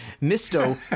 Misto